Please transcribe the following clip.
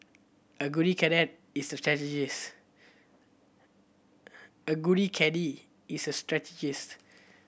a good is a a good caddie is a strategist